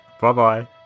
Bye-bye